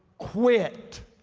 quit.